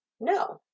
No